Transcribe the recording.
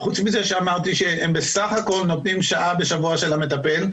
חוץ מזה שאמרתי שהם בסך הכול נותנים שעה בשבוע של המטפל,